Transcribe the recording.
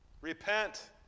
Repent